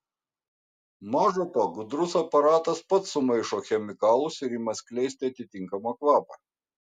maža to gudrus aparatas pats sumaišo chemikalus ir ima skleisti atitinkamą kvapą